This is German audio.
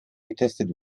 getestet